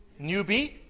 Newbie